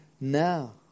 now